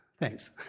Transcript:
Thanks